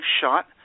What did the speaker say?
shot